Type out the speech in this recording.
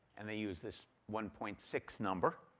and they use this one point six number.